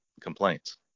complaints